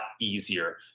easier